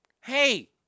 Hey